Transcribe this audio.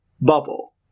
bubble